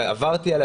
ועברתי עליה,